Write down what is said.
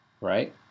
right